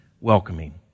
welcoming